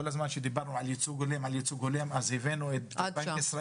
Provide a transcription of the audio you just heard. כל הזמן כשדיברנו על ייצוג הולם הבאנו את בנק ישראל.